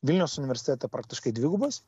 vilniaus universitete praktiškai dvigubas